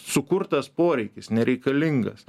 sukurtas poreikis nereikalingas